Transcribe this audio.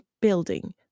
building